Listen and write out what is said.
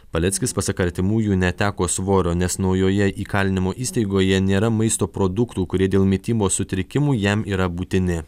paleckis pasak artimųjų neteko svorio nes naujoje įkalinimo įstaigoje nėra maisto produktų kurie dėl mitybos sutrikimų jam yra būtini